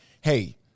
hey